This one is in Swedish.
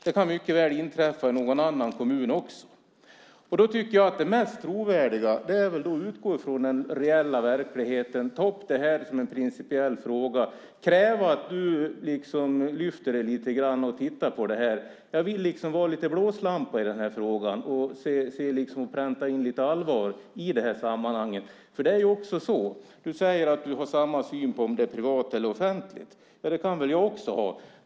Det kan mycket väl inträffa i någon annan kommun också. Då tycker jag att det mest trovärdiga är att utgå från den reella verkligheten, ta upp det här som en principiell fråga och kräva att du, Jan Björklund, lyfter dig lite grann och tittar på det här. Jag vill vara något av en blåslampa i den här frågan och pränta in lite allvar i det här sammanhanget. Du säger att du har samma syn oavsett om det är privat eller offentligt. Ja, det kan väl jag också ha.